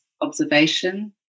observation